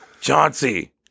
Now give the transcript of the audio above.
chauncey